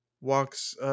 walks